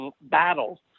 battle